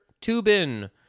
Tubin